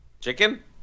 Chicken